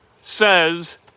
says